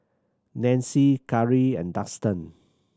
Nanci Kari and Dustan